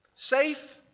Safe